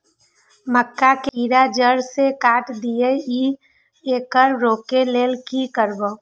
मक्का के कीरा जड़ से काट देय ईय येकर रोके लेल की करब?